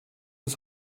des